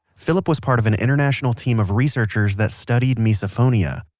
phillip was part of an international team of researchers that studied misophonia.